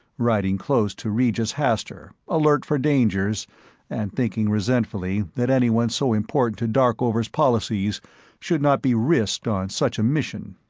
riding close to regis hastur, alert for dangers and thinking resentfully that anyone so important to darkover's policies should not be risked on such a mission.